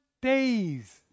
days